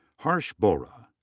harsh bohra.